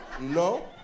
No